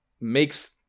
makes